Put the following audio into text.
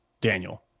Daniel